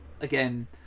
again